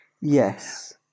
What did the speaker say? Yes